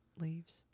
leaves